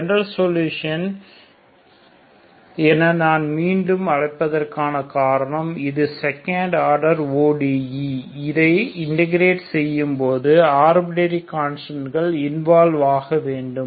general solution என நான் மீண்டும் அழைப்பதற்கான காரணம் இது செகண்ட் ஆர்டர் ODE இதை இன்டேகிரேட் செய்யும்போது ஆர்பிட்ரரி கான்ஸ்டன்ட்கள் இன்வால்வ் ஆக வேண்டும்